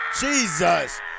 Jesus